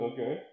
Okay